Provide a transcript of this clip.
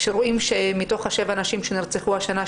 כשרואים שמתוך שבע נשים שנרצחו השנה,